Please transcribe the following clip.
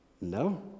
no